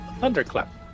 thunderclap